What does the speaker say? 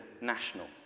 national